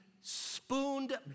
spooned